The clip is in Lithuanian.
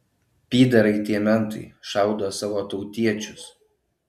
pyderai tie mentai šaudo savo tautiečius